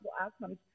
outcomes